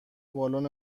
بالون